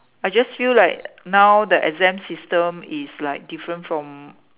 I just feel like now the exam system is like different from